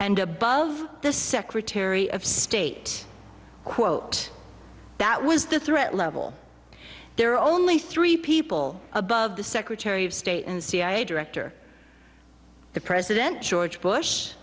and above the secretary of state quote that was the threat level there are only three people above the secretary of state and cia director the president george bush